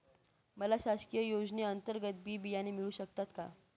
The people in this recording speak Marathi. मला शासकीय योजने अंतर्गत बी बियाणे मिळू शकतात का?